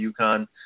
UConn